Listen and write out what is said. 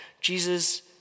Jesus